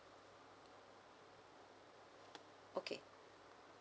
okay